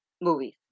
movies